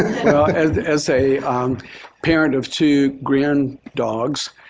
as as a parent of two grand dogs,